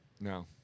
No